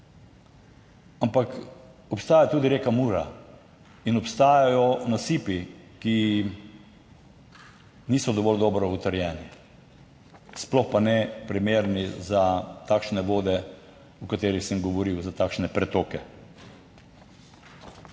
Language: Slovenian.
ampak obstaja tudi reka Mura in obstajajo nasipi, ki niso dovolj dobro utrjeni, sploh pa ne primerni za takšne vode, o katerih sem govoril, za takšne pretoke.